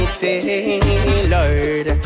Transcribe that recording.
Lord